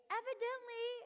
evidently